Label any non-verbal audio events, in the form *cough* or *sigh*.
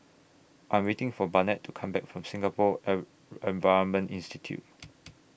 I Am waiting For Barnett to Come Back from Singapore *hesitation* Environment Institute